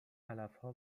علفها